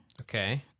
Okay